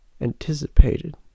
anticipated